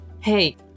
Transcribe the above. Hey